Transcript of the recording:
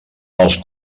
els